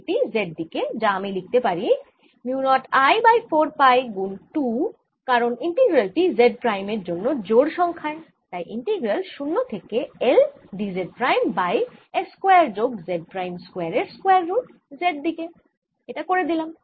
এটি Z দিকে যা আমি লিখতে পারি mu naught I by 4 pi গুন 2 কারণ ইন্টিগ্রাল টি Z প্রাইমের জন্য জোড় সংখ্যায় তাই ইন্টিগ্রাল 0 থেকে L d Z prime by S square যোগ Z প্রাইম স্কয়ার এর স্কয়ার রুট Z দিকে করে দিলাম